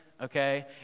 okay